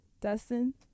Dustin